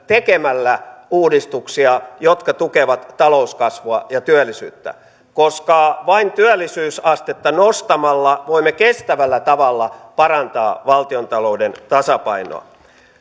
tekemällä uudistuksia jotka tukevat talouskasvua ja työllisyyttä koska vain työllisyysastetta nostamalla voimme kestävällä tavalla parantaa valtiontalouden tasapainoa